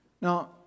Now